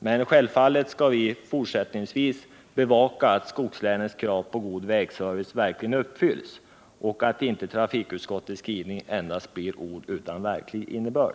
Men självfallet skall vi fortsättningsvis bevaka att skogslänens krav på god vägservice verkligen uppfylls och att inte trafikutskottets skrivning endast blir ord utan verklig innebörd.